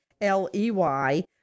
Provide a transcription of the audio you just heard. L-E-Y